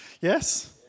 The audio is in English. Yes